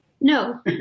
No